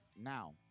Now